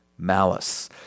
malice